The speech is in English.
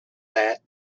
that